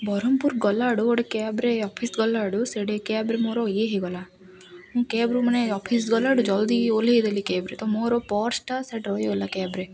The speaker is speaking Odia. ବରଂପୁର୍ ଗଲାଆଡ଼ୁ ଗୋଟେ କ୍ୟାବ୍ରେ ଅଫିସ୍ ଗଲାଆଡ଼ୁ ସେଠେ କ୍ୟାବ୍ରେ ମୋର ଇଏ ହେଇଗଲା ମୁଁ କ୍ୟାବ୍ରୁ ମାନେ ଅଫିସ୍ ଗଲାଠୁ ଜଲ୍ଦି ଓଲ୍ହେଇ ଦେଲି କ୍ୟାବ୍ରେ ତ ମୋର ପର୍ସଟା ସେଠି ରହିଗଲା କ୍ୟାବ୍ରେ